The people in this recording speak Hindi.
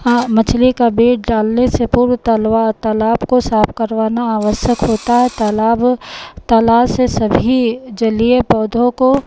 हाँ मछली का बीज डालने से पूर्व तलबा तालाब को साफ करवाना आवश्यक होता है तालाब तालाब से सभी जलीय पौधों को